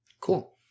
cool